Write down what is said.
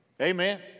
Amen